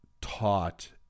taught